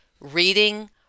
reading